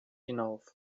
hinauf